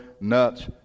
nuts